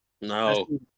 No